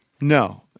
No